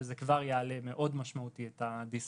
שזה כבר יעלה מאוד משמעותית את הדיסריגרד,